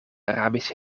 arabische